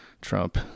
Trump